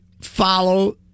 follow